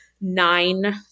Nine